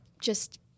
just-